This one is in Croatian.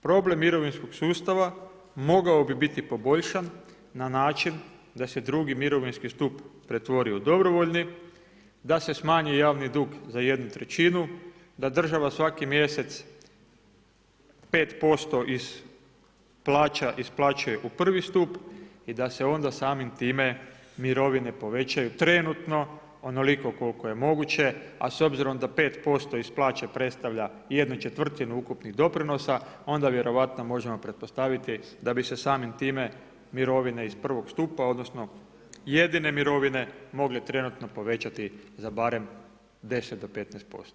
Problem mirovinskog sustava mogao bi biti poboljšan na način da se drugi mirovinski stup pretvori u dobrovoljni, da se smanji javni dug za jednu trećinu, da država svaki mjesec 5% iz plaća isplaćuje u prvi stup i da se onda samim time mirovine povećaju trenutno onoliko koliko je moguće, a s obzirom da 5% iz plaće predstavlja jednu četvrtinu ukupnih doprinosa onda vjerojatno možemo pretpostaviti da bi se samim time mirovine iz prvog stupa odnosno jedine mirovine mogle trenutno povećati za barem 10 do 15%